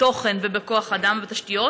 בתוכן ובכוח אדם ותשתיות,